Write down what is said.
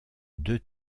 deux